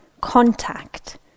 contact